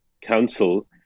council